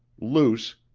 luce,